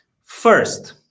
First